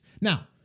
Now